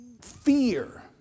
fear